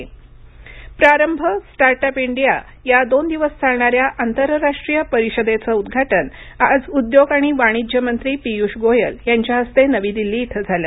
प्रारभ प्रारंभ start up India या दोन दिवस चालणाऱ्या आंतरराष्ट्रीय परिषदेचं उद्घाटन आज उद्योग आणि वाणिज्य मंत्री पीयूष गोयल यांच्या हस्ते नवी दिल्ली इथं झालं